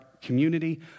community